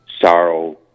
sorrow